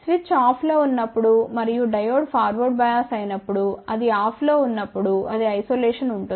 switch ఆఫ్లో ఉన్నప్పుడు మరియు డయోడ్ ఫార్వర్డ్ బయాస్ అయినప్పుడు అది ఆఫ్లో ఉన్నప్పుడు అది ఐసోలేషన్ ఉంటుంది